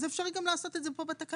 אז אפשרי גם לעשות את זה כאן בתקנות.